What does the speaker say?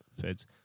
Feds